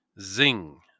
Zing